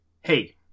hey